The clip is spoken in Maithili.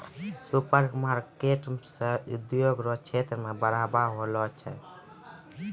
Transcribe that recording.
सुपरमार्केट से उद्योग रो क्षेत्र मे बढ़ाबा होलो छै